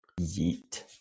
yeet